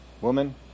Woman